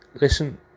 Listen